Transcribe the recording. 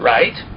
Right